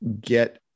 get